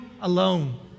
alone